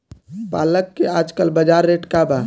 पालक के आजकल बजार रेट का बा?